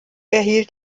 erhielt